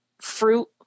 fruit